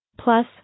Plus